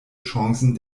chancen